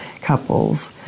couples